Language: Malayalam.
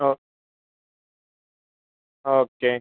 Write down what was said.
ഓ ഓക്കെ